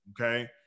okay